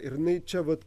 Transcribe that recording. ir jinai čia vat